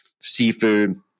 seafood